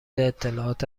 اطلاعات